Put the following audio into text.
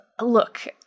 Look